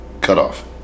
cutoff